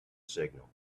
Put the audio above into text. signal